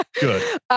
Good